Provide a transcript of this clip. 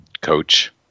coach